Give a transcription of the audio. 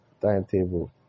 timetable